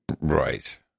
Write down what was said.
right